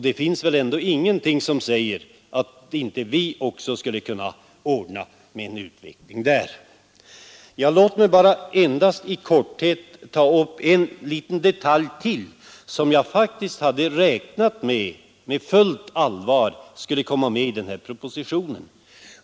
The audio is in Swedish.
Det finns väl ingenting som säger att inte vi också skulle kunna ordna med en utveckling. Jag vill i korthet ta upp ytterligare en liten detalj, som jag faktiskt på fullt allvar väntat skulle komma med i propositionen.